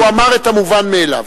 הוא אמר את המובן מאליו.